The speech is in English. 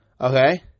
Okay